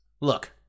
Look-